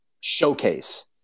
showcase